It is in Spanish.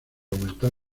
aumentar